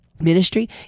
ministry